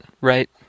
right